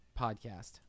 Podcast